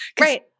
Right